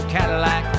Cadillac